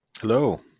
Hello